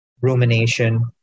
rumination